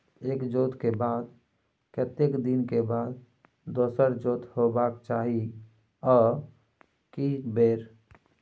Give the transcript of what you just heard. एक जोत के बाद केतना दिन के बाद दोसर जोत होबाक चाही आ के बेर?